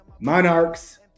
monarchs